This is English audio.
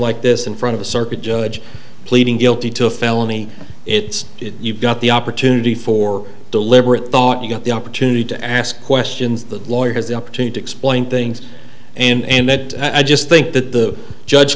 like this in front of a circuit judge pleading guilty to felony it's you've got the opportunity for deliberate thought you got the opportunity to ask questions the lawyer has the opportunity to explain things and that i just think that the judge